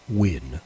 win